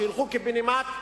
שילכו קיבינימט,